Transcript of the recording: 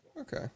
Okay